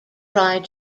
tried